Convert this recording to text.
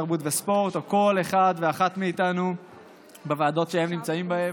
התרבות והספורט או כל אחד ואחת מאיתנו בוועדות שנמצאים בהן,